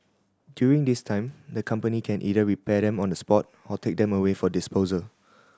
during this time the company can either repair them on the spot or take them away for disposal